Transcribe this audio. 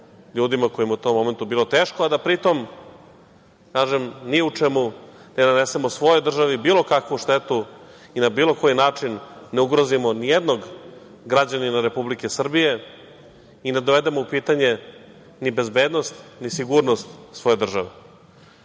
ljudima kojima je u tom momentu bilo teško, a da pritom, kažem, ni u čemu ne nanesemo svojoj državi bilo kakvu štetu i na bilo koji način ne ugrozimo nijednog građanina Republike Srbije i ne dovedemo u pitanje ni bezbednost ni sigurnost svoje države.U